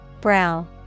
Brow